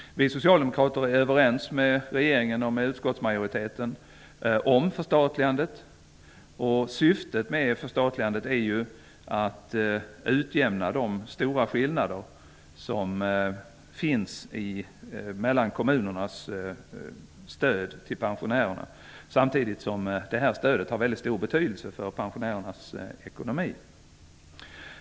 Vi socialdemokrater är överens med regeringen och med utskottsmajoriteten om förstatligandet. Syftet med förstatligandet är ju att utjämna de stora skillnader som finns mellan kommunerna i fråga om stödet till pensionärerna, samtidigt som det stödet har väldigt stor betydelse för pensionärernas ekonomi.